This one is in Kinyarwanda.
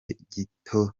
gito